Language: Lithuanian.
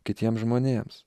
kitiem žmonėms